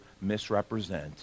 misrepresent